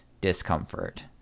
discomfort